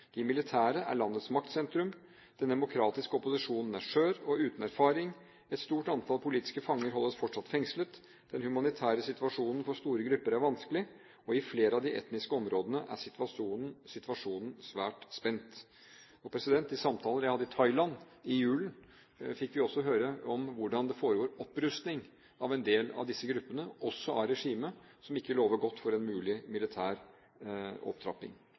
De militære er landets maktsentrum, den demokratiske opposisjonen er skjør og uten erfaring, et stort antall politiske fanger holdes fortsatt fengslet, den humanitære situasjonen for store grupper er vanskelig, og i flere av de etniske områdene er situasjonen svært spent. I samtaler jeg hadde i Thailand i julen, fikk vi også høre om hvordan det foregår opprustning av en del av disse gruppene, også av regimet, som ikke lover godt for en mulig militær